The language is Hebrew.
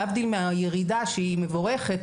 להבדיל מהירידה שהיא אולי מבורכת,